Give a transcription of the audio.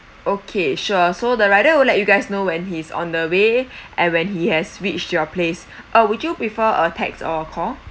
okay sure so the rider will let you guys know when he's on the way and when he has reached your place uh would you prefer a text or call